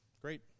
great